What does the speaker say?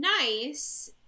nice